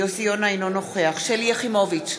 אינו נוכח שלי יחימוביץ,